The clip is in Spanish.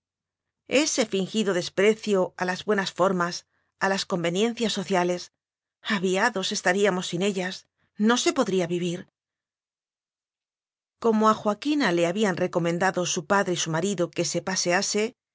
ese fingido desprecio a las buenas for mas a las conveniencias sociales aviados estaríamos sin ellas no se podría vivir como a joaquina le habían recomendado su padre y su marido que se